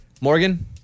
Morgan